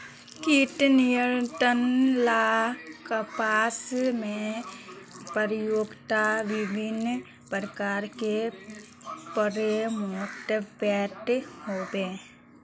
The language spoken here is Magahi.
कीट नियंत्रण ला कपास में प्रयुक्त विभिन्न प्रकार के फेरोमोनटैप होई?